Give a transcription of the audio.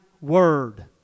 Word